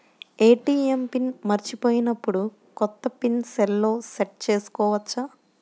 ATM pin మరచిపోయినప్పుడు, కొత్త pin సెల్లో సెట్ చేసుకోవచ్చా?